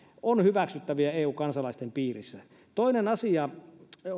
ovat hyväksyttäviä eu kansalaisten piirissä toinen asia